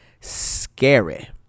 Scary